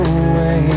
away